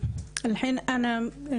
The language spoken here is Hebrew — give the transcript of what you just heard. יש לי בית ישן,